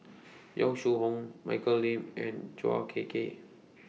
Yong Shu Hoong Michelle Lim and Chua Ek Kay